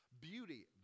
Beauty